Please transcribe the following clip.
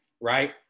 right